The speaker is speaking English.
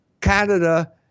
Canada